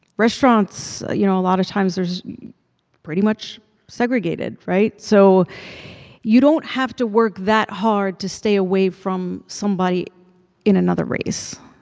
restaurants. you know, a lot of times, there's pretty much segregated, right? so you don't have to work that hard to stay away from somebody in another race.